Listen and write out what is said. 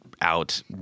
out